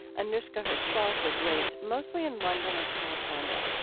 anoushka herself was raised mostly in london and california.